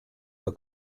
the